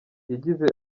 yagize